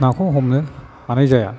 नाखौ हमनो हानाय जाया